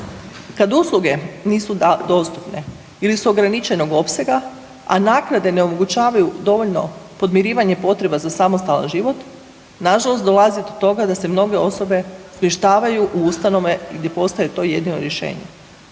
Kad usluge nisu dostupne ili su ograničenog opsega, a naknade ne omogućavaju dovoljno podmirivanje potreba za samostalan život nažalost dolazi do toga da se mnoge osobe smještavaju u ustanove gdje postaje to jedino rješenje.